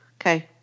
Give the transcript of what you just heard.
Okay